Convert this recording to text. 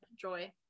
joy